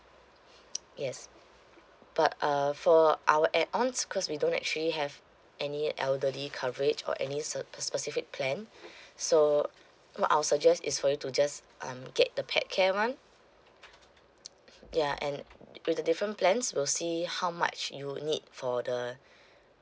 yes but uh for our add ons because we don't actually have any elderly coverage or any se~ specific plan so what I'll suggest is for you to just um get the pet care one ya and with the different plans we'll see how much you need for the